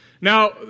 Now